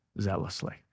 zealously